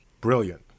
Brilliant